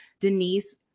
Denise